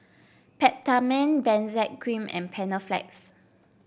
Peptamen Benzac Cream and Panaflex